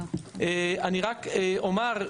אני רק אומר,